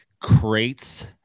crates